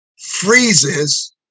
freezes